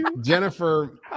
Jennifer